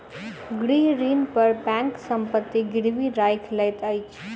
गृह ऋण पर बैंक संपत्ति गिरवी राइख लैत अछि